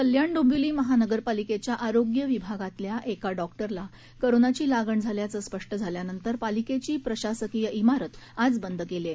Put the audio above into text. कल्याण डोंबिवली महानगरपालिकेच्या आरोग्य विभागातल्या एका डॉक्टरला कोरोनाची लागण झाल्याचं स्पष्ट झाल्यानंतर पालिकेची प्रशासकीय इमारत आज बंद केली आहे